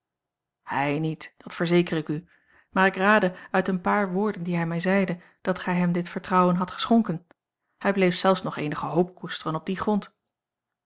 hij niet dat verzeker ik u maar ik raadde uit een paar woorden die hij mij zeide dat gij hem dit vertrouwen hadt geschonken hij bleef zelfs nog eenige hoop koesteren op dien grond